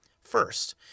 First